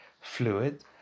fluid